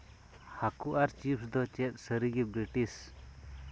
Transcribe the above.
ᱦᱟᱠᱩ ᱟᱨ ᱪᱤᱯᱥ ᱫᱚ ᱪᱮᱫ ᱥᱟᱹᱨᱤᱜᱮ ᱵᱨᱤᱴᱤᱥ